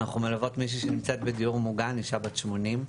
אנחנו מלוות מישהי שנמצאת בדיור מוגן אישה בת 80,